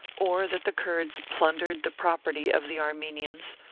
or that the kurds plundered the property of the armenians,